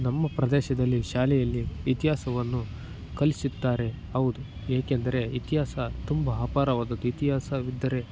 ನಮ್ಮ ಪ್ರದೇಶದಲ್ಲಿ ಶಾಲೆಯಲ್ಲಿ ಇತಿಹಾಸವನ್ನು ಕಲಿಸುತ್ತಾರೆ ಹೌದು ಏಕೆಂದರೆ ಇತಿಹಾಸ ತುಂಬ ಅಪಾರವಾದದ್ದು ಇತಿಹಾಸವಿದ್ದರೆ